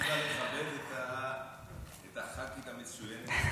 אני בא לכבד את הח"כית המסוימת הזאת.